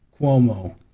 Cuomo